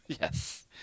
Yes